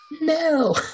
No